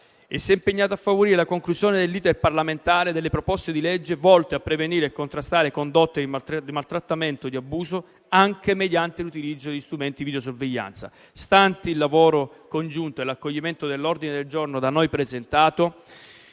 Si è impegnato inoltre a favorire la conclusione dell'*iter* parlamentare delle proposte di legge volte a prevenire e contrastare condotte di maltrattamento e abuso, anche mediante l'utilizzo di strumenti videosorveglianza. Stanti il lavoro congiunto e l'accoglimento dell'ordine del giorno da noi presentato,